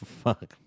fuck